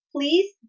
please